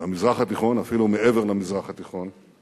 במזרח התיכון, אפילו מעבר למזרח התיכון,